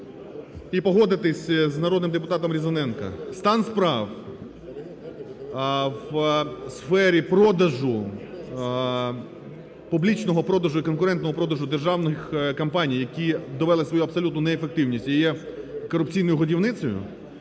і погодитися з народним депутатом Різаненко. Стан справ у сфері продажу, публічного продажу і конкурентного продажу державних компаній, які довели свою абсолюту неефективність і є корупційною годівницею,